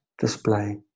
display